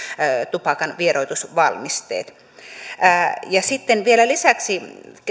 tupakanvieroitusvalmisteet sitten vielä lisäksi